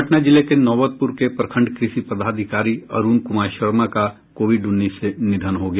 पटना जिले के नौबतपुर के प्रखंड कृषि पदाधिकारी अरूण कुमार शर्मा का कोविड उन्नीस से निधन हो गया